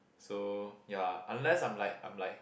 so ya unless I'm like I'm like